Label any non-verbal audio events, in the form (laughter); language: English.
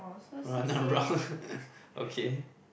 run around (laughs) okay